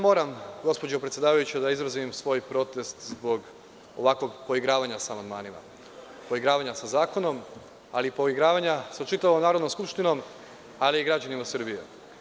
Moram, gospođo predsedavajuća, da izrazim svoj protest zbog ovakvog poigravanja sa amandmanima, poigravanja sa zakonom, ali poigravanja sa čitavom Narodnom skupštinom, ali i građanima Srbije.